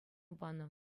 панӑ